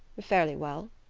fairly well.